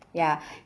ya